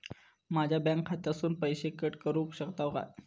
माझ्या बँक खात्यासून पैसे कट करुक शकतात काय?